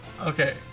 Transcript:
Okay